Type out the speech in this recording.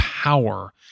power